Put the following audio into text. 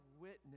witness